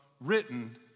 written